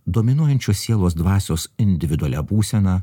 dominuojančios sielos dvasios individualia būsena